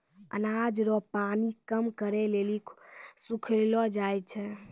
अनाज रो पानी कम करै लेली सुखैलो जाय छै